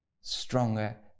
stronger